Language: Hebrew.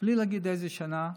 בלי להגיד איזו שנה,